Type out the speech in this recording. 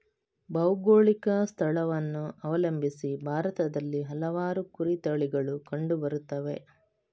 ಭೌಗೋಳಿಕ ಸ್ಥಳವನ್ನು ಅವಲಂಬಿಸಿ ಭಾರತದಲ್ಲಿ ಹಲವಾರು ಕುರಿ ತಳಿಗಳು ಕಂಡು ಬರುತ್ತವೆ